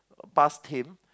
past him